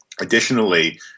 Additionally